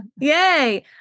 Yay